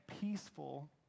peaceful